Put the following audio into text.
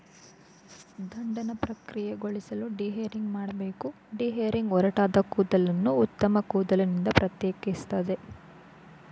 ದಂಡನ ಪ್ರಕ್ರಿಯೆಗೊಳಿಸಲು ಡಿಹೇರಿಂಗ್ ಮಾಡ್ಬೇಕು ಡಿಹೇರಿಂಗ್ ಒರಟಾದ ಕೂದಲನ್ನು ಉತ್ತಮ ಕೂದಲಿನಿಂದ ಪ್ರತ್ಯೇಕಿಸ್ತದೆ